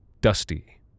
Dusty